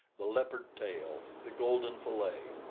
the leopard-tail, the golden fillet,